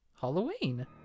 Halloween